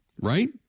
Right